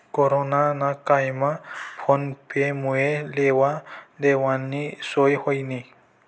corona ना कायमा PhonePe मुये लेवा देवानी सोय व्हयनी